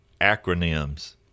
acronyms